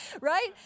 right